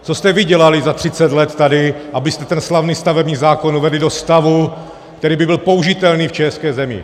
Co jste vy dělali za třicet let tady, abyste ten slavný stavební zákon uvedli do stavu, který by byl použitelný v české zemi?